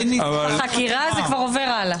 בשלב החקירה זה כבר עובר הלאה.